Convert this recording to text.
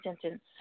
sentence